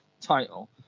title